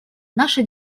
наша